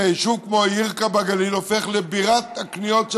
יישוב כמו ירכא בגליל הופך לבירת הקניות של